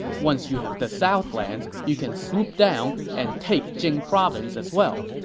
once you have the southlands, you can swoop down and take jing province as well.